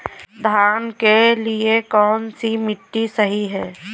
धान के लिए कौन सी मिट्टी सही है?